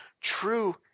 true